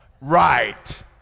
Right